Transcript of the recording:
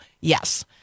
Yes